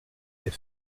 est